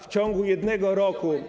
W ciągu jednego roku.